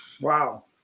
Wow